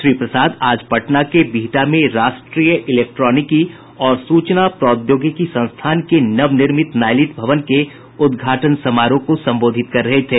श्री प्रसाद आज पटना के बिहटा में राष्ट्रीय इलेक्ट्रॉनिकी और सूचना प्रौद्योगिकी संस्थान के नवनिर्मित नाईलिट भवन के उदघाटन समारोह को संबोधित कर रहे थे